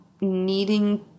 needing